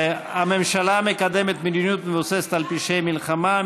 הממשלה מקדמת מדיניות המבוססת על פשעי מלחמה,